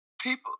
people